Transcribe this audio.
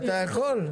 אתה יכול.